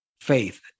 faith